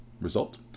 result